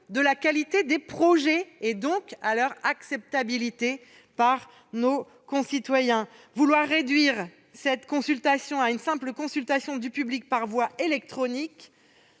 de la qualité des projets et donc à leur acceptabilité par nos concitoyens. Vouloir réduire cette mesure à une simple consultation du public par voie électronique